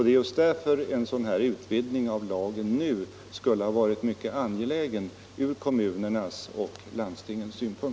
Det är just därför en sådan här utvidgning = Lagförslag om av lagen nu skulle ha haft en mycket stor betydelse för kommunerna = kreditpolitiska och landstingen. medel, m.m.